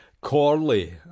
Corley